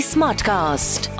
Smartcast